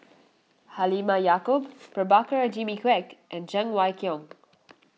Halimah Yacob Prabhakara Jimmy Quek and Cheng Wai Keung